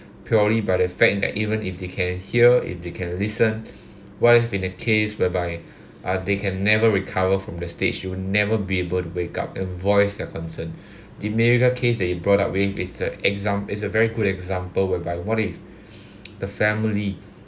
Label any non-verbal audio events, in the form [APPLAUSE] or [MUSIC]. purely by the fact that even if they care hear if they can listen what if in the case whereby uh they can never recover from the stage you will never be able to wake up and voice their concern the miracle case that you brought up with is a exam~ is a very good example whereby what if [BREATH] the family